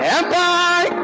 Empire